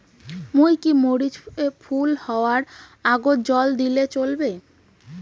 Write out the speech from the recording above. মুই কি মরিচ এর ফুল হাওয়ার আগত জল দিলে চলবে?